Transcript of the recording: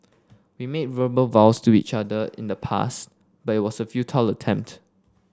we made verbal vows to each other in the past but it was a futile attempt